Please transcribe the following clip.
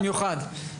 במיוחד.